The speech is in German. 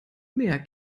mehr